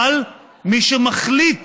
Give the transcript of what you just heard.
אבל מי שמחליט,